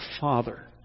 father